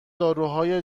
داروهای